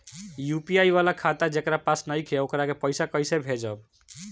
UPI वाला खाता जेकरा पास नईखे वोकरा के पईसा कैसे भेजब?